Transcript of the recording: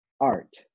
art